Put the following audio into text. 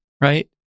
right